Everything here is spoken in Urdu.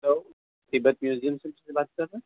ہلو تبت میوزیم زم سے بات کر رہے ہیں